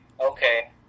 okay